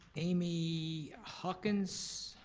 amy hawkins?